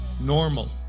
normal